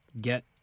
get